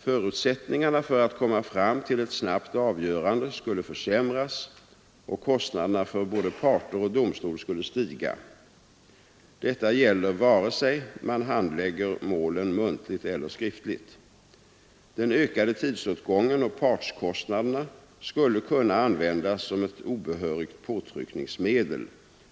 Förutsättningarna för att komma fram till ett snabbt avgörande skulle försämras och kostnaderna för både parter och domstol skulle stiga. Detta gäller antingen man handlägger målen muntligt eller skriftligt. Den ökade tidsåtgången och partskostnaderna skulle kunna användas som ett obehörigt påtryckningsmedel